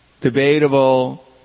debatable